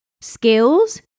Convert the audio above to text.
skills